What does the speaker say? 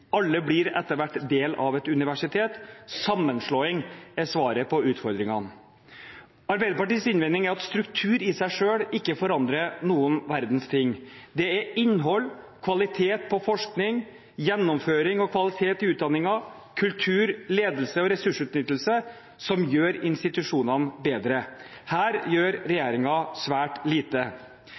Alle blir etter hvert del av et universitet. Sammenslåing er svaret på utfordringene. Arbeiderpartiets innvending er at struktur i seg selv ikke forandrer noen verdens ting. Det er innhold, kvalitet på forskning, gjennomføring og kvalitet i utdanningen, kultur, ledelse og ressursutnyttelse som gjør institusjonene bedre. Her gjør regjeringen svært lite.